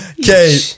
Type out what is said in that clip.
Okay